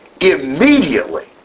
immediately